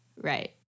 Right